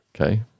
Okay